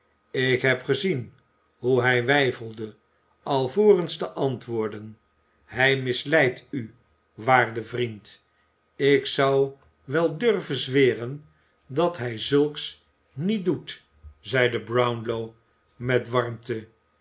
ik heb gezien hoe hij weifelde alvorens te antwoorden hij misleidt u mijn waarde vriend ik zou wel durven zweren dat hij zulks niet doet zeide brownlow met warmte